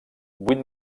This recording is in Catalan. vuit